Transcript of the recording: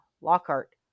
Lockhart